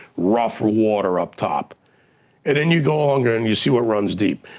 rough water up top and then you go under and you see what runs deep.